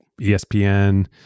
ESPN